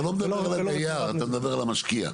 אתה לא מדבר על הדייר, אתה מדבר על המשקיע.